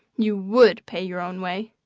you would pay your own way.